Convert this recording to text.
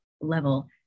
level